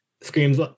screams